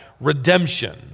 redemption